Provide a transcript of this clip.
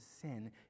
sin